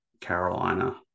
Carolina